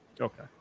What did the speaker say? Okay